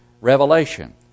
revelation